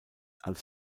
als